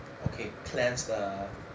okay cleanse the